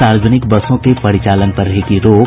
सार्वजनिक बसों के परिचालन पर रहेगी रोक